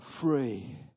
free